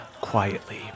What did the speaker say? quietly